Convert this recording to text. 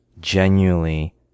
genuinely